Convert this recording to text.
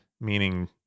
meaning